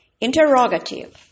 Interrogative